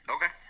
Okay